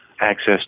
access